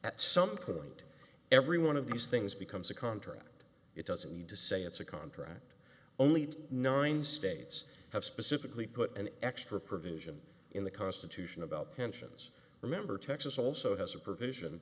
at some point every one of these things becomes a contract it doesn't need to say it's a contract only nine states have specifically put an extra provision in the constitution about pensions remember texas also has a provision